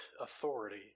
authority